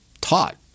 taught